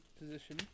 position